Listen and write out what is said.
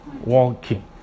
walking